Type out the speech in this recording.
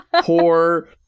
poor